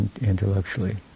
intellectually